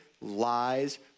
lies